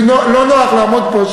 לי לא נוח לעמוד פה,